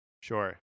Sure